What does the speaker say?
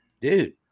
dude